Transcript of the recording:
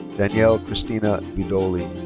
danielle christina vidoli.